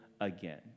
again